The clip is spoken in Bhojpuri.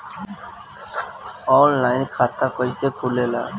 आनलाइन खाता कइसे खुलेला?